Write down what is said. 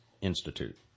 Institute